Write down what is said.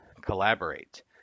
Collaborate